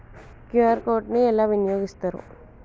QR code ని ఎలా వినియోగిస్తారు?